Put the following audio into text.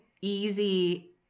easy